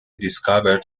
discovered